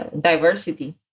diversity